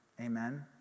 Amen